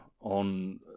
on